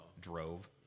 drove